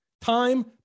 Time